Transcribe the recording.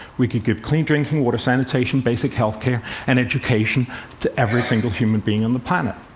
we could give clean drinking water, sanitation, basic healthcare and education to every single human being on the planet.